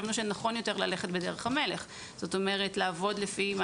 חשבנו שנכון יותר ללכת בדרך המלך כלומר ללכת לפי מה